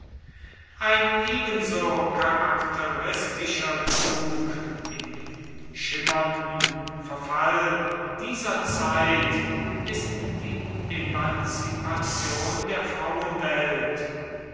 ein ebenso charakteristischer zug in dem schimmernden verfall dieser zeit ist die emanzipation der frauenwelt